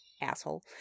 asshole